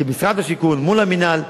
כי משרד השיכון מול המינהל,